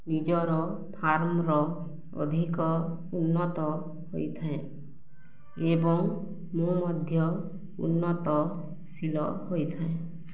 ନିଜର ଫାର୍ମର ଅଧିକ ଉନ୍ନତ ହୋଇଥାଏ ଏବଂ ମୁଁ ମଧ୍ୟ ଉନ୍ନତଶୀଳ ହୋଇଥାଏ